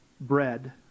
bread